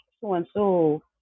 so-and-so